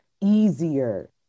easier